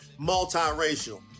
multiracial